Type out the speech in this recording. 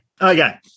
Okay